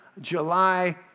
July